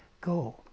go